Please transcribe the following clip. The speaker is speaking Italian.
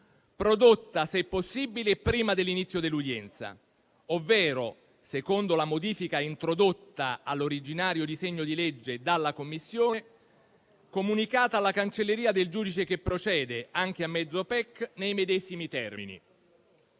prodotta, se possibile, prima dell'inizio dell'udienza ovvero, secondo la modifica introdotta all'originario disegno di legge dalla Commissione, comunicata alla cancelleria del giudice che procede, anche a mezzo PEC, nei medesimi termini.